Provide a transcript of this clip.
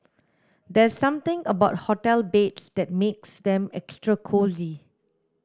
there's something about hotel beds that makes them extra cosy